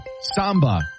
Samba